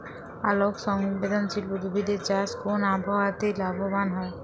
আলোক সংবেদশীল উদ্ভিদ এর চাষ কোন আবহাওয়াতে লাভবান হয়?